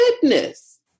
goodness